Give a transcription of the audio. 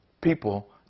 People